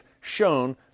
shown